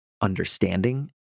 understanding